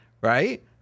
right